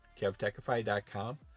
KevTechify.com